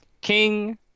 king